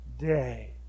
day